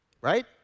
Right